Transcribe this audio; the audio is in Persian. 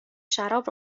شراب